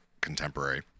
Contemporary